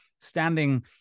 standing